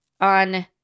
on